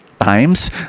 times